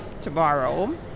tomorrow